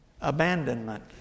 Abandonment